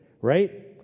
right